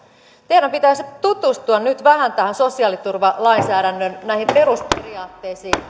teidän pitäisi tutustua nyt vähän näihin sosiaaliturvalainsäädännön perusperiaatteisiin